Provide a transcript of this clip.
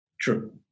True